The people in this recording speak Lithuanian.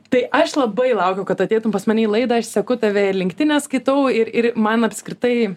tai aš labai laukiau kad ateitum pas mane į laidą aš seku tave ir linktine skaitau ir ir man apskritai